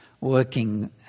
working